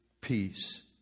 peace